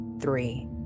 three